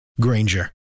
Granger